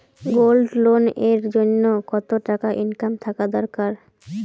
Gold loan এর জইন্যে কতো টাকা ইনকাম থাকা দরকার?